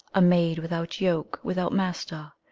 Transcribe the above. a maid without yoke, without master,